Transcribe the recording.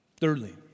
Thirdly